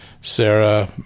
Sarah